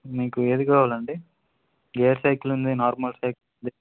మీకు ఏది కావాలండి గేర్ సైకిల్ ఉంది నార్మల్ సైకిల్ ఉంది